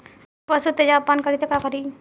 पशु तेजाब पान करी त का करी?